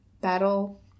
battle